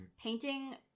painting